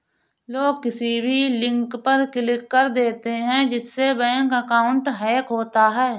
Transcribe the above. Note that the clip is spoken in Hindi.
लोग किसी भी लिंक पर क्लिक कर देते है जिससे बैंक अकाउंट हैक होता है